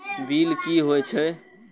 Bill की हौए छै?